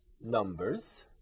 numbers